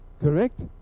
Correct